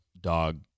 dog